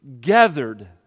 gathered